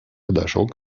подошел